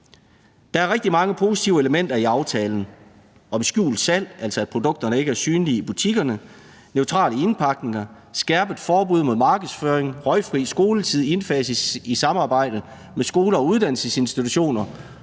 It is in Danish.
Der er rigtig mange positive elementer i aftalen om skjult salg, altså at produkterne ikke er synlige i butikkerne, neutrale indpakninger, skærpet forbud mod markedsføring, røgfri skoletid indfases i samarbejde med skole- og uddannelsesinstitutioner,